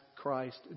Christ